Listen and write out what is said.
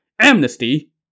Amnesty